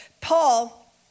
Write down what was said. Paul